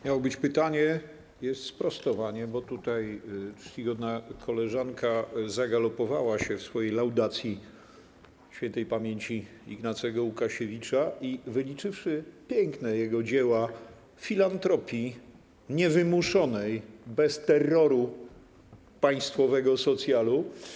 Miało być pytanie, jest sprostowanie, bo tutaj czcigodna koleżanka zagalopowała się w swojej laudacji śp. Ignacego Łukasiewicza i wyliczywszy jego piękne dzieła filantropii, niewymuszonej, bez terroru państwowego socjalu.